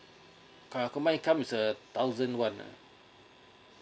current combine income is a thousand one lah